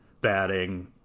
batting